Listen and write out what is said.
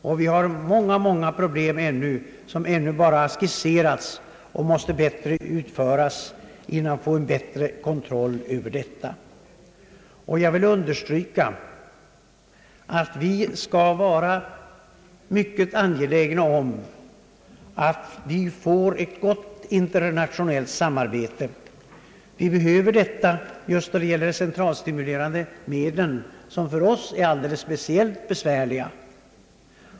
Och det finns många, många problem som ännu bara skisserats och som måste utredas bättre innan vi fått en god kontroll över detta. Jag vill understryka den stora betydelsen av att vi får även ett gott internationellt samarbete. Vi behöver detta just då det gäller de centralstimulerande medlen, som för oss är alldeles speciellt besvärliga.